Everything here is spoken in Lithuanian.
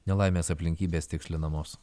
nelaimės aplinkybės tikslinamos